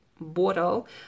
bottle